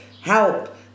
help